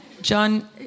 John